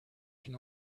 can